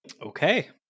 Okay